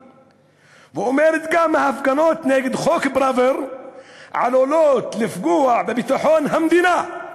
ואומרת גם: "ההפגנות נגד חוק פראוור עלולות לפגוע בביטחון המדינה"